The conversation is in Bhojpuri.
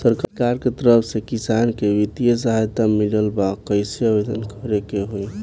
सरकार के तरफ से किसान के बितिय सहायता मिलत बा कइसे आवेदन करे के होई?